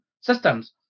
systems